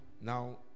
Now